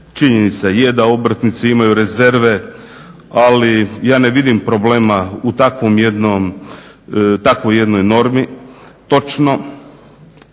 činjenica je da obrtnici imaju rezerve, ali ja ne vidim problema u takvoj jednoj normi.